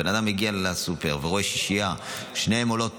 בן אדם הגיע לסופר ורואה שישייה, שתיהן עולות